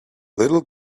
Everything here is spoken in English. little